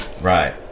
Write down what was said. right